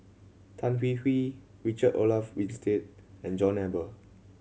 Tan Hwee Hwee Richard Olaf Winstedt and John Eber